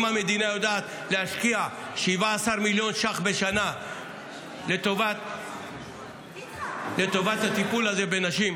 אם המדינה יודעת להשקיע 17 מיליון ש"ח בשנה לטובת הטיפול הזה בנשים,